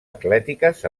atlètiques